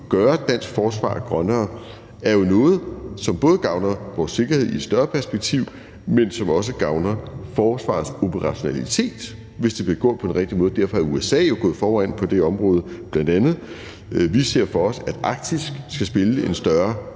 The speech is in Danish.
gøre dansk forsvar grønnere er jo noget, som både gavner vores sikkerhed i et større perspektiv, men som også gavner forsvarets operationalitet, hvis det vil gå på den rigtige måde. Derfor er USA jo bl.a. gået foran på det område. Vi ser for os, at Arktis skal spille en større